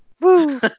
Woo